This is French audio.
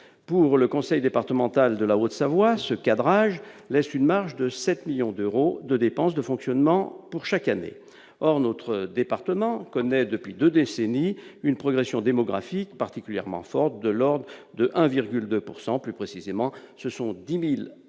Pour le conseil départemental de la Haute-Savoie, ce cadrage laisse une marge de 7 millions d'euros de dépenses de fonctionnement pour chaque année. Or notre département connaît, depuis deux décennies, une progression démographique particulièrement forte, de l'ordre de 1,2 %. Plus précisément, ce sont 10 000 habitants